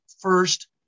first